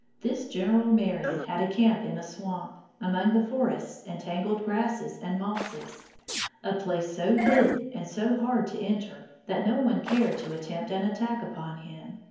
this general marion had a camp in a swamp, among the forests and tangled grasses and mosses a place so hidden and so hard to enter, that no one cared to attempt an attack upon him.